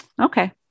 okay